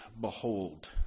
behold